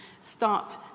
start